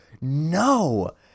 no